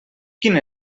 quin